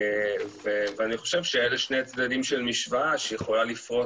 אני חושב שאלה שני צדדים של משוואה שיכולה לפרוט